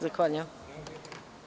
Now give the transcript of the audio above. Zahvaljujem.